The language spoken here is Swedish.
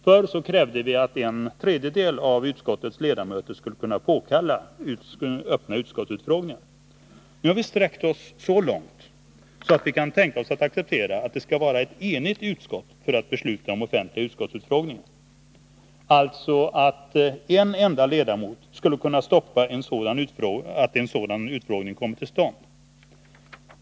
Förut krävde vi att en tredjedel av utskottets ledamöter skulle kunna påkalla öppna utskottsutfrågningar. Nu har vi sträckt oss så långt att vi kan tänka oss att acceptera, att det skall krävas ett enigt utskottsbeslut för att offentliga utskottsutfrågningar skall kunna hållas. Det betyder att en enda ledamot skulle kunna stoppa att en sådan utfrågning kommer till stånd.